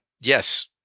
yes